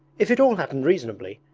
it all happened reasonably,